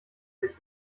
sich